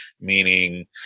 meaning